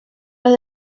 los